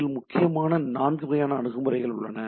இதில் முக்கியமாக நான்கு வகையான அணுகுமுறைகள் உள்ளன